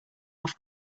off